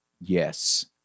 Yes